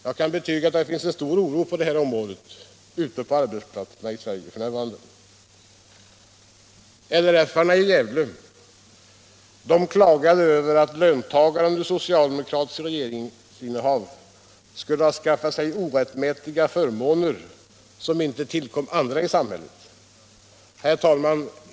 Jag kan betyga att det finns en stor oro på det här området ute på arbetsplatserna i Sverige f.n. LRF-arna i Gävle klagade över att löntagarna under det socialdemokratiska regeringsinnehavet skulle ha skaffat sig orättmätiga förmåner som inte tillkom andra i samhället. Herr talman!